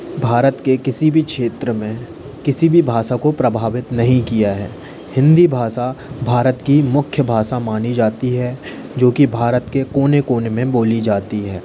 भारत के किसी भी क्षेत्र में किसी भी भाषा को प्रभावित नहीं किया है हिंदी भाषा भारत की मुख्य भाषा मानी जाती है जो कि भारत के कोने कोने में बोली जाती है